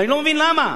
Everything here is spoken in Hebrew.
ואני לא מבין למה.